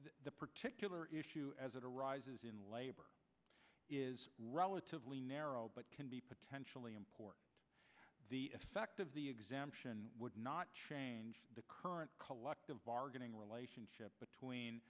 the particular issue as it arises in labor is relatively narrow but can be potentially important effect of the exemption would not the current collective bargaining relationship between